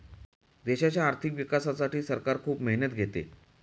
देशाच्या आर्थिक विकासासाठी सरकार खूप मेहनत घेते